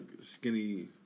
skinny